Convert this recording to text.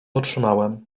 otrzymałem